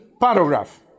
paragraph